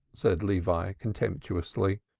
said levi contemptuously.